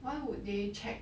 why would they check